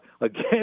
again